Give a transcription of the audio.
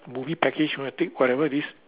movie package you want to take whatever this